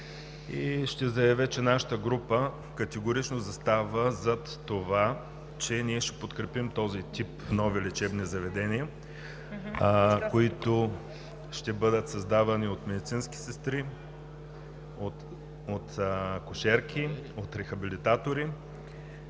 Ще заявя, че нашата група категорично застава зад това, че ние ще подкрепим този тип нови лечебни заведения, които ще бъдат създавани от медицински сестри, акушерки, рехабилитатори